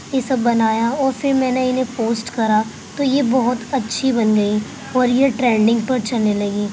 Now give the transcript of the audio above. یہ سب بنایا اور پھر میں نے انہیں پوسٹ کرا تو یہ بہت اچھی بن گئی اور یہ ٹرینڈنگ پر چلنے لگیں